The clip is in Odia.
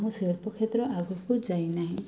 ମୁଁ ଶିଳ୍ପ କ୍ଷେତ୍ର ଆଗକୁ ଯାଇ ନାହିଁ